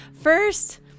first